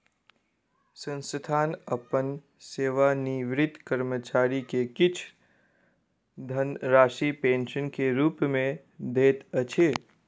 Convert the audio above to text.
संस्थान अपन सेवानिवृत कर्मचारी के किछ धनराशि पेंशन के रूप में दैत अछि